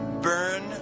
Burn